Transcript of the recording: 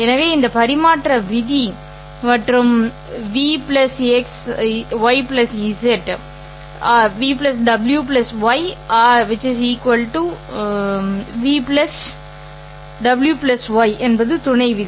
எனவே இது பரிமாற்ற விதி மற்றும் ́v ¿ ́y¿ ́v w ́y என்பது துணை விதி